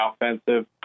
offensive